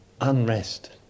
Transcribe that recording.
unrest